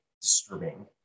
disturbing